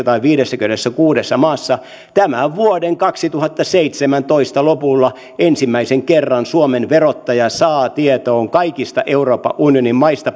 tai viidessäkymmenessäkuudessa maassa tämän vuoden kaksituhattaseitsemäntoista lopulla ensimmäisen kerran suomen verottaja saa kaikista euroopan unionin maista